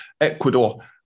Ecuador